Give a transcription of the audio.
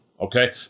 Okay